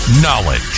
Knowledge